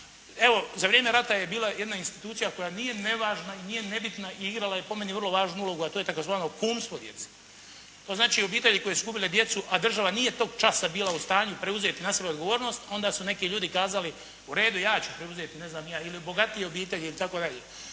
Evo, za vrijeme rata je bila jedna institucija koja nije nevažna i nije nebitna i igrala je, po meni, vrlo važu ulogu, a to je tzv. kumstvo djeci. To znači, obitelji koje su … /Govornik se ne razumije./ … djecu a država nije tog časa bila u stanju preuzeti na sebe odgovornost, onda su neki ljudi kazali u redu, ja ću preuzeti ne znam ni je, ili bogatije obitelji itd.